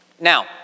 Now